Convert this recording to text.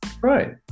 Right